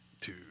Two